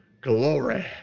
Glory